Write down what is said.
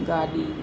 गाॾी